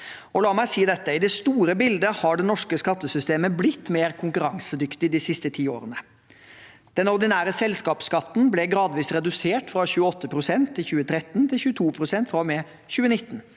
La meg si dette: I det store bildet har det norske skattesystemet blitt mer konkurransedyktig de siste ti årene. Den ordinære selskapsskatten ble gradvis redusert fra 28 pst. i 2013 til 22 pst. fra og med 2019.